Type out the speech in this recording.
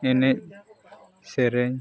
ᱮᱱᱮᱡ ᱥᱮᱨᱮᱧ